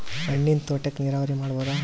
ಹಣ್ಣಿನ್ ತೋಟಕ್ಕ ನೀರಾವರಿ ಮಾಡಬೋದ?